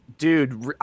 Dude